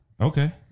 Okay